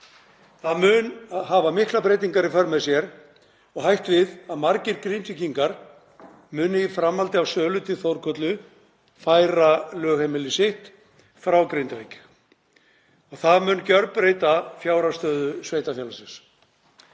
Það mun hafa miklar breytingar í för með sér og hætt við að margir Grindvíkingar muni í framhaldi af sölu til Þórkötlu færa lögheimili sitt frá Grindavík. Það mun gjörbreyta fjárhagsstöðu sveitarfélagsins.